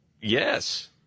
Yes